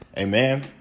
Amen